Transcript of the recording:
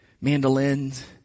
mandolins